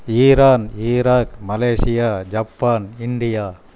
Iran Iraq Malaysia Japan India